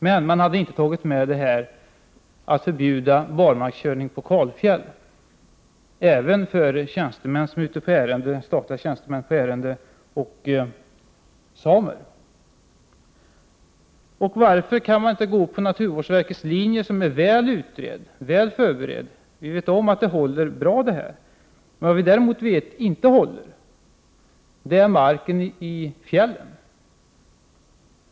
Men man tog inte med förbudet mot barmarkskörning på kalfjäll även för statliga tjänstemän i tjänsteärenden och för samer. Varför kan man inte gå på naturvårdsverkets linje, som är väl underbyggd? Vi vet att detta förslag håller bra. Vad vi däremot vet inte håller, det är marken i fjällen.